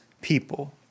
people